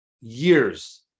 years